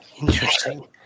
Interesting